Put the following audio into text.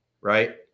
right